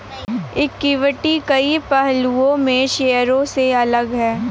equity कई पहलुओं में शेयरों से अलग है